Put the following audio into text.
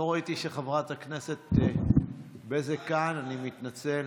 לא ראיתי שחברת הכנסת בזק כאן, אני מתנצל.